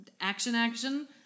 action-action